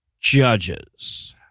Judges